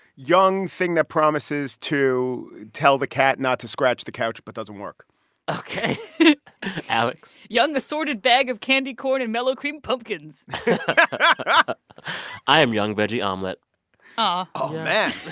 young thing that promises to tell the cat not to scratch the couch but doesn't work ok alex? young assorted bag of candy corn and mellow cream pumpkins but i am young veggie omelet aw oh, man